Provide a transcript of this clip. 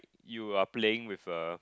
you are playing with a